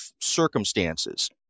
circumstances